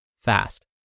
fast